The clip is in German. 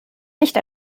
nicht